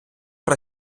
про